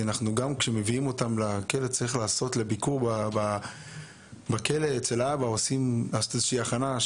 גם כשמביאים אותם לביקור בכלא אצל האבא עושים איזו הכנה.